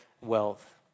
wealth